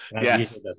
Yes